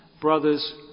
Brothers